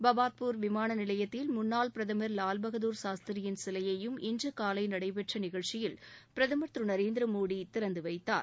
பாபத்பூர் விமான நிலையத்தில் முன்னாள் பிரதமர் வால் பகதூர் சாஸ்திரியின் சிலையையும் இன்று காலை நடைபெற்ற நிகழ்ச்சியில் பிரதமர் திரு நரேந்திர மோடி திறந்துவைத்தார்